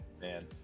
Man